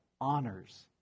honors